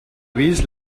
vist